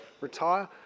retire